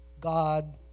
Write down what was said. God